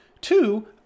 two